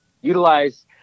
utilize